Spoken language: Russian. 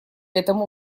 этому